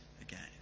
again